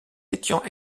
étions